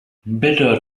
better